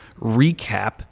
recap